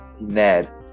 Ned